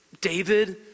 David